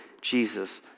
Jesus